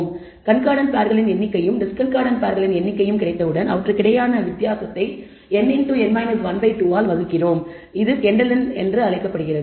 ஆகவே கண்கார்டன்ட் பேர்களின் எண்ணிக்கையும் டிஸ்கார்டன்ட் பேர்களின் எண்ணிக்கையும் கிடைத்தவுடன் அவற்றுக்கிடையேயான வித்தியாசத்தை n2 ஆல் வகுக்கிறோம் அது கெண்டலின்kendell's என அழைக்கப்படுகிறது